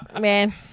Man